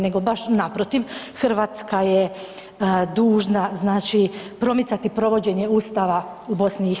Nego baš naprotiv, Hrvatska je dužna znači promicati provođenje Ustava u BiH.